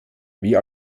wie